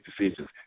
decisions